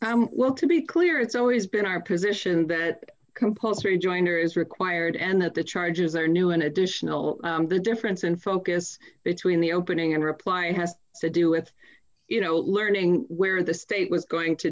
offer well to be clear it's always been our position that compulsory joyner is required and that the charges are new and additional the difference in focus between the opening and reply has to do with you know learning where the state was going to